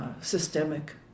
systemic